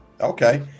okay